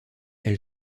elle